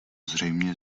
zřejmě